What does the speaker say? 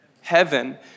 Heaven